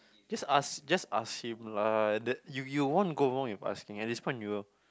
just ask just ask him lah that you you won't go wrong with asking at this point you'll